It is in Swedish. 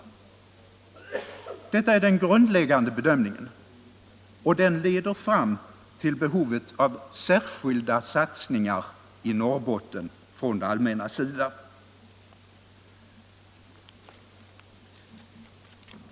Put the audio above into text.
Detta är den grundläggande bedömningen, och den leder fram till behovet av särskilda satsningar i Norrbotten från det allmännas sida.